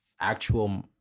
actual